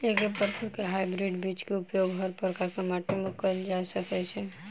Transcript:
एके प्रकार केँ हाइब्रिड बीज केँ उपयोग हर प्रकार केँ माटि मे कैल जा सकय छै?